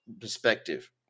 perspective